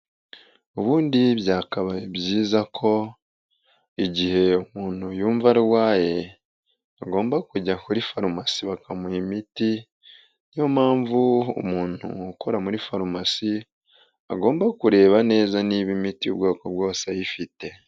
Ubundi byakabaye byiza ko igihe umuntu yumva arwaye agomba kujya kuri farumasi bakamuha imiti, niyo mpamvu umuntu ukora muri farumasi agomba kureba neza niba imiti ubwoko bwose ayifite.